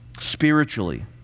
spiritually